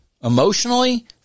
emotionally